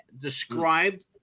described